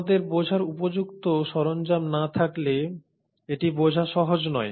আমাদের বোঝার উপযুক্ত সরঞ্জাম না থাকলে এটি বোঝা সহজ নয়